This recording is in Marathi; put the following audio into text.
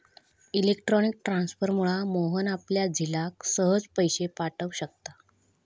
इलेक्ट्रॉनिक ट्रांसफरमुळा मोहन आपल्या झिलाक सहज पैशे पाठव शकता